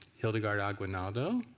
hildegarde aguinaldo,